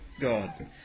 God